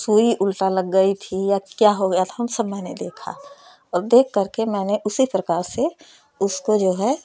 सुई उल्टा लग गयी थी या क्या हो गया था सब मैंने देखा और देख कर के उसी प्रकार से उसको जो है